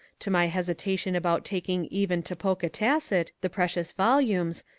to my hesitation about taking even to ponkatasset the precious volumes,